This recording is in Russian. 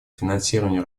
финансирования